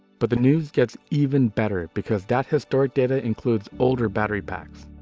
but the news gets even better, because that historic data includes older battery packs.